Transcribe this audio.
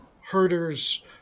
herders